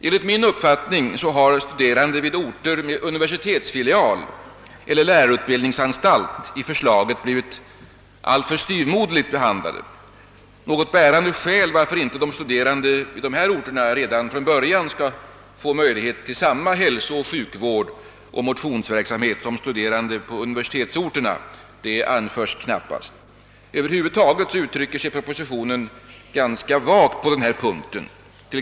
Enligt min uppfattning har studerande vid orter med universitetsfilial eller lärarutbildningsanstalt i förslaget blivit alltför styvmoderligt behandlade. Något bärande skäl till att de studerande i dessa orter inte redan från början skall få möjlighet till samma hälsooch sjukvård och motionsverksamhet som studerande i universitetsorter anförs knappast. Över huvud taget är propositionen ganska vagt formulerad på denna punkt.